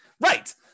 Right